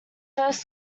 first